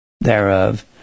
thereof